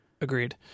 Agreed